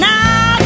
Now